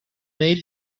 made